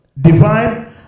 divine